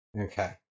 okay